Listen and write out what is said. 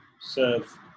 serve